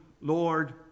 Lord